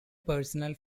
personnel